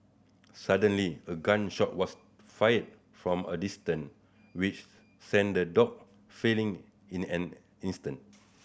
suddenly a gun shot was fired from a distance which sent the dog fleeing in an instant